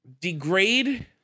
degrade